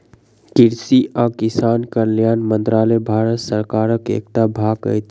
कृषि आ किसान कल्याण मंत्रालय भारत सरकारक एकटा भाग अछि